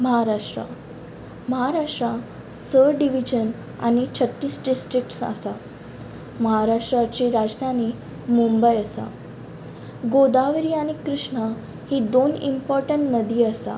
महाराष्ट्रा महाराष्ट्रा स डिविजन आनी छत्तीस ड्रिस्ट्रिकट्स आसा महाराष्ट्राची राजधानी मुंबय आसा गोदावरी आनी कृष्णा हीं दोन इम्पॉर्टन्ट नदी आसा